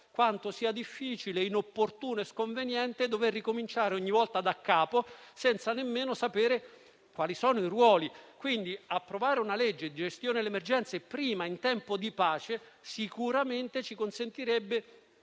quanto sia difficile, inopportuno e sconveniente dover ricominciare ogni volta daccapo, senza nemmeno sapere quali sono i ruoli. Quindi, approvare una legge di gestione delle emergenze prima, in tempo di pace, sicuramente ci consentirebbe